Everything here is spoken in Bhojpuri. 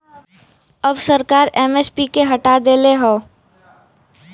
अब सरकार एम.एस.पी के हटा देले हौ